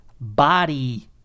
body